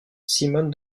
simone